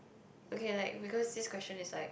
okay like because this question is like